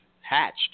hatched